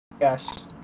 Yes